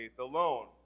alone